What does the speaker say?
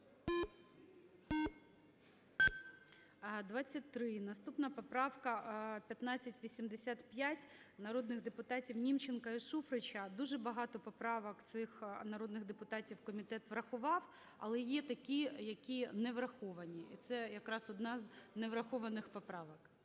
За-23 Наступна поправка – 1585, народних депутатівНімченка і Шуфрича. Дуже багато поправок цих народних депутатів комітет врахував, але є такі, які не враховані. Це якраз одна з неврахованих поправок.